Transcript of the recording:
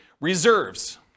reserves